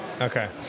okay